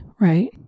right